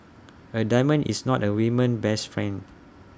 A diamond is not A women's best friend